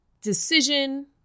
decision